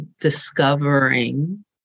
discovering